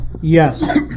Yes